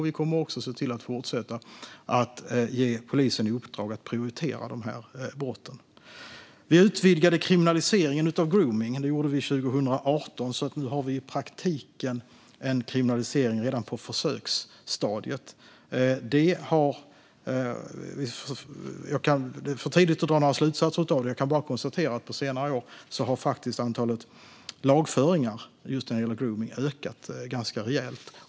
Vi kommer också att se till att polisen fortsatt får i uppdrag att prioritera dessa brott. Vi utvidgade kriminaliseringen av gromning redan 2018, så nu har vi i praktiken en kriminalisering redan på försöksstadiet. Det är för tidigt att dra några slutsatser av detta. Jag kan bara konstatera att på senare år har antalet lagföringar när det gäller gromning ökat rejält.